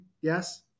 yes